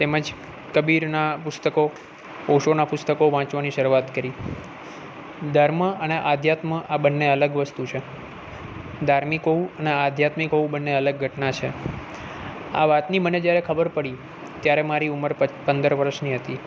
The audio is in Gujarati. તેમ જ કબીરના પુસ્તકો ઓશોના પુસ્તકો વાંચવાની શરૂઆત કરી ધર્મ અને આધ્યાત્મ આ બંને અલગ વસ્તુ છે ધાર્મિક હોવું અને આધ્યાત્મિક હોવું બંને અલગ ઘટના છે આ વાતની મને જ્યારે ખબર પડી ત્યારે મારી ઉંમર પંદર વરસની હતી